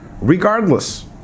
regardless